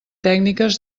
tècniques